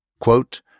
Quote